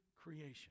creation